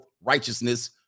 righteousness